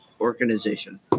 organization